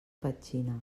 petxina